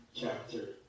chapter